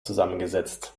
zusammengesetzt